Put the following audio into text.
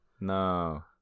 No